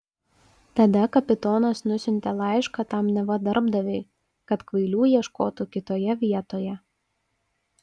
tada kapitonas nusiuntė laišką tam neva darbdaviui kad kvailių ieškotų kitoje vietoje